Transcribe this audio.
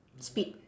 speed